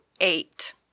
eight